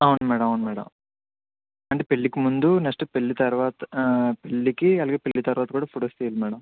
అవును మేడం అవును మేడం అంటే పెళ్ళికి ముందు నెక్స్ట్ పెళ్ళి తర్వాత పెళ్ళికి అలాగే పెళ్ళి తర్వాత కూడా ఫొటోస్ తియ్యాలి మేడం